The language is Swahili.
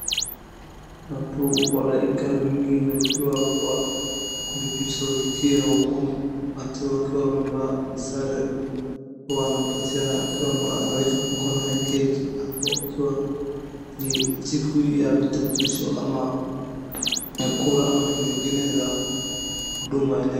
Watu walaika mingi wakiwa kwa kuvipicha musizikia. Watu wakiwa wamevaa sare wa wanapatiana akiwa amewekaa mkono yake hapo akiwa ni siku ya vitambulisho ama ni ya kura ama kitu kingine ya huduma eneo.